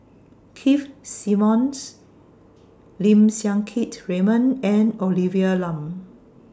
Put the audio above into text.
Keith Simmons Lim Siang Keat Raymond and Olivia Lum